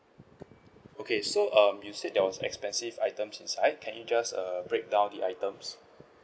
okay so um you said there was expensive items inside can u just err breakdown the items